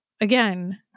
Again